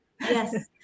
yes